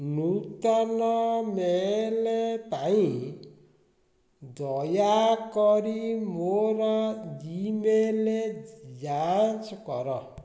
ନୂତନ ମେଲ୍ ପାଇଁ ଦୟାକରି ମୋର ଜିମେଲ୍ ଯାଞ୍ଚ୍ କର